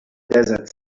desert